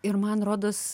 ir man rodos